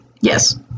Yes